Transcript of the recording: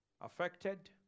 affected